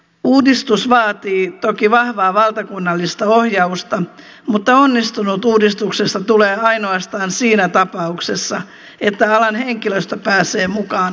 uudistus vaatii toki vahvaa valtakunnallista ohjausta mutta onnistunut uudistuksesta tulee ainoastaan siinä tapauksessa että alan henkilöstö pääsee mukaan